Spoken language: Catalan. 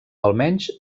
almenys